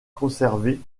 conservée